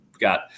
got